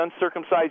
uncircumcised